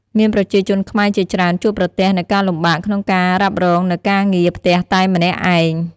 មានប្រជាជនខ្មែរជាច្រើនជួបប្រទះនូវការលំបាកក្នុងការរ៉ាបរ៉ងនូវការងារផ្ទះតែម្នាក់ឯង។